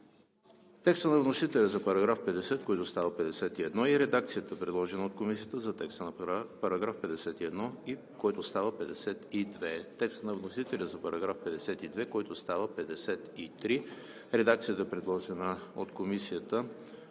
текста на вносителя за § 50, който става § 51; редакцията, предложена от Комисията за текста на § 51, който става § 52; текста на вносителя за § 52, който става § 53; редакцията, предложена от Комисията